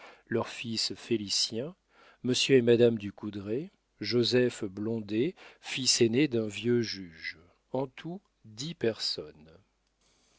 leur fils félicien monsieur et madame du coudrai joseph blondet fils aîné d'un vieux juge en tout dix personnes